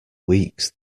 weeks